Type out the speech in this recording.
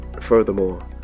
furthermore